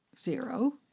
Zero